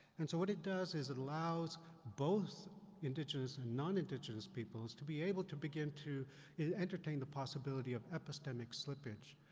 and so what it does is, it allows both indigenous and non-indigenous peoples to be able to begin to entertain the possibility of epistemic slippage.